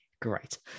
great